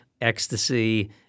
ecstasy